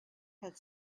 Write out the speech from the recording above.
had